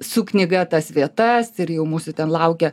su knyga tas vietas ir jau mūsų ten laukia